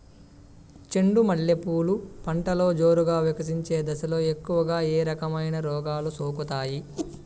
చెండు మల్లె పూలు పంటలో జోరుగా వికసించే దశలో ఎక్కువగా ఏ రకమైన రోగాలు సోకుతాయి?